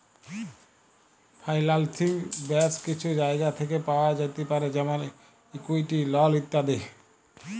ফাইলালসিং ব্যাশ কিছু জায়গা থ্যাকে পাওয়া যাতে পারে যেমল ইকুইটি, লল ইত্যাদি